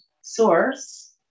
source